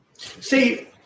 See